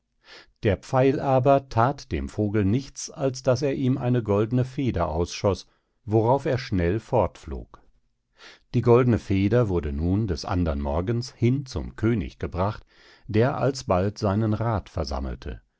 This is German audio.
der pfeil aber that dem vogel nichts als daß er ihm eine goldne feder ausschoß worauf er schnell fortflog die goldne feder wurde nun des andern morgens hin zum könig gebracht der alsbald seinen rath versammelte